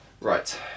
Right